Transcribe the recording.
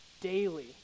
daily